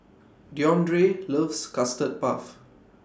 Deondre loves Custard Puff